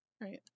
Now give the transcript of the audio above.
Right